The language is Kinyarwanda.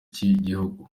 cy’igihugu